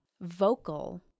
vocal